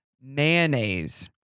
mayonnaise